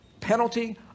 penalty